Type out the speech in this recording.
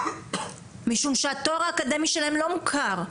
משום שהתואר האקדמי שלהם לא מוכר.